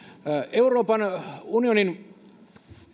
euroopan unionin